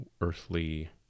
earthly